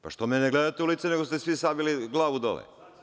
Zašto me ne gledate u lice nego ste svi savili glavu dole?